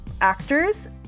actors